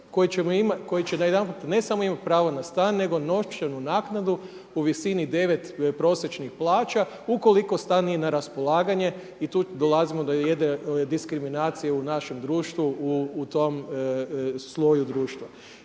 koji će najedanput ne samo imati pravo na stan, nego novčanu naknadu u visini devet prosječnih plaća ukoliko stan nije na raspolaganje i tu dolazimo do jedne diskriminacije u našem društvu u tom sloju društva.